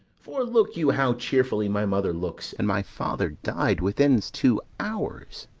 for look you how cheerfully my mother looks, and my father died within s two hours.